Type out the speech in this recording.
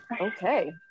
okay